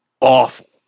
awful